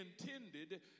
intended